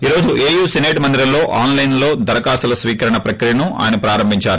ఈ రోజు AU senate మందిరంలో ఆన్లైస్లో దరఖాస్తుల స్వీకరణ ప్రక్రియను ఆయన ప్రారంభించారు